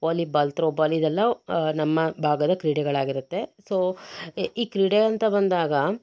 volleyball throwball ಇದೆಲ್ಲ ನಮ್ಮ ಭಾಗದ ಕ್ರೀಡೆಗಳಾಗಿರುತ್ತೆ ಸೊ ಈ ಕ್ರೀಡೆ ಅಂತ ಬಂದಾಗ